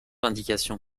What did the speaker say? indication